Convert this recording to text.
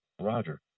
Roger